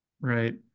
Right